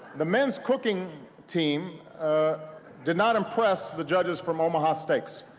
the men's cooking team did not impress the judges from omaha steaks.